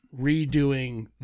redoing